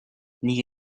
nii